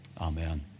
Amen